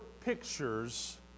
pictures